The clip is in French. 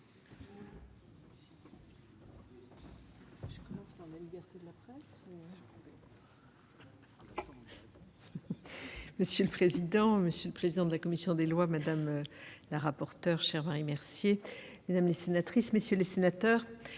Monsieur le président, monsieur le président de la commission des lois, madame la rapporteure- chère Marie Mercier -, mesdames les sénatrices, messieurs les sénateurs,